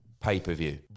pay-per-view